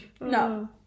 no